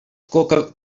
que